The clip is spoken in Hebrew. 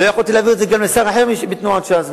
לא יכולתי להעביר את זה גם לשר אחר מתנועת ש"ס.